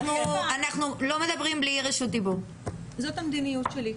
זאת המדיניות שלי.